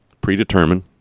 predetermined